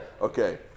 Okay